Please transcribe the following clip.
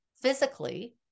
physically